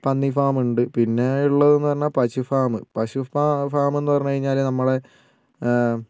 പന്നി ഫാം ഉണ്ട് പിന്നെ ഉള്ളതെന്നു പറഞ്ഞാൽ പശു ഫാമ് പശുഫാമെന്നു പറഞ്ഞു കഴിഞ്ഞാൽ നമ്മുടെ